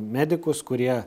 medikus kurie